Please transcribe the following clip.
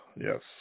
Yes